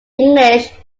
english